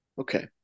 Okay